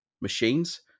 machines